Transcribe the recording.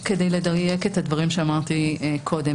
רק כדי לדייק את הדברים שאמרתי קודם.